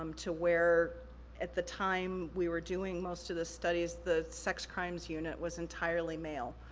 um to where at the time we were doing most of the studies, the sex crimes unit was entirely male,